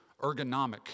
ergonomic